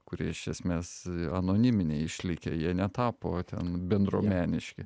kurie iš esmės anoniminiai išlikę jie netapo ten bendruomeniški